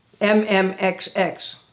MMXX